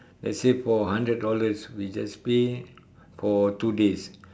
let's say for hundreds dollar we just pay for two days